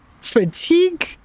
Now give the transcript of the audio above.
fatigue